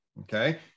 Okay